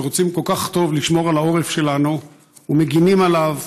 שרוצים לשמור כל כך טוב על העורף שלנו ומגינים עליו